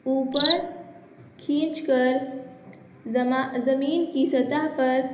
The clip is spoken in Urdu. اوپر کھینچ کر زما زمین کی سطح پر